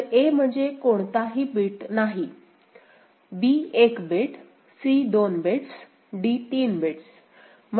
तर a म्हणजे कोणताही बिट नाही b 1 bit c 2 bits d 3 bits